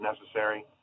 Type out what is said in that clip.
necessary